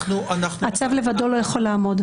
הצו לבדו לא יכול לעמוד.